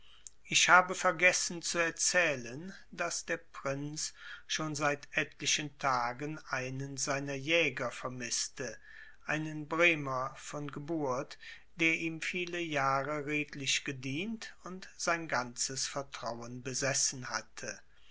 ich habe vergessen zu erzählen daß der prinz schon seit etlichen tagen einen seiner jäger vermißte einen bremer von geburt der ihm viele jahre redlich gedient und sein ganzes vertrauen besessen hatte